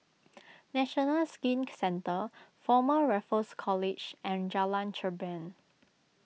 National Skin Centre Former Raffles College and Jalan Cherpen